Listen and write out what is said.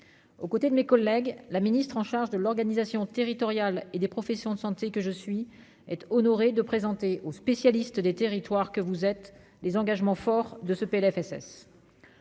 aux côtés de mes collègues, la ministre en charge de l'organisation territoriale et des professions de santé que je suis être honoré de présenter aux spécialistes des territoires que vous êtes des engagements forts de ce PLFSS.